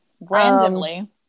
randomly